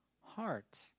heart